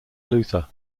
luther